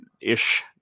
ish